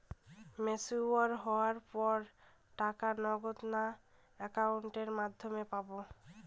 Mature হওয়ার পর টাকা নগদে না অ্যাকাউন্টের মাধ্যমে পাবো?